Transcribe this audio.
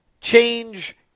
change